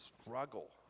struggle